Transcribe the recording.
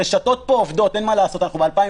הרשתות פה עובדות, אין מה לעשות, אנחנו ב-2020.